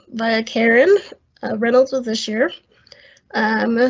by karen reynolds. with this year um ah